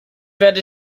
werde